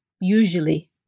usually